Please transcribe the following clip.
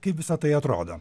kaip visa tai atrodo